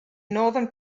northern